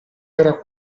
era